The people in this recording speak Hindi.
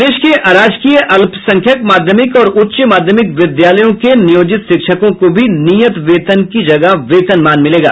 प्रदेश के अराजकीय अल्पसंख्यक माध्यमिक और उच्च माध्यमिक विद्यालयों के नियोजित शिक्षकों को भी नियत वेतन की जगह वेतनमान मिलेगा